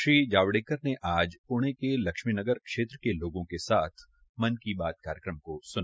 श्री जावडेकर ने आज पुणे के लक्ष्मी नगर क्षे के लोगों के साथ मन की बात कार्यकम सुना